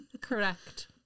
Correct